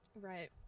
right